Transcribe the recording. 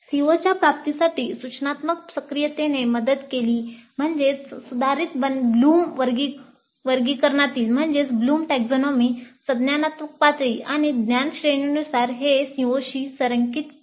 COच्या प्राप्तीसाठी सूचनात्मक सक्रियतेने मदत केली म्हणजेच सुधारित ब्लूम वर्गीकरणातील संज्ञानात्मक पातळी आणि ज्ञान श्रेणीनुसार ते COशी संरेखित झाले आहे